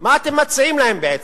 מה אם מציעים להם בעצם?